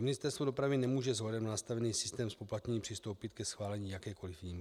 Ministerstvo dopravy nemůže s ohledem na nastavený systém zpoplatnění přistoupit ke schválení jakékoli výjimky.